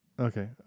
Okay